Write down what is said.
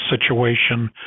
situation